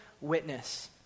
witness